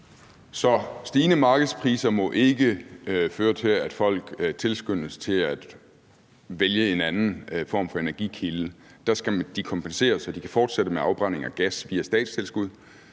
stigende markedspriser må ikke føre til, at folk tilskyndes til at vælge en anden form for energikilde. Der skal de kompenseres, så de kan fortsætte med afbrænding af gas via statstilskud,